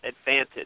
advantage